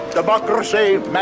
Democracy